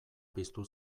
piztu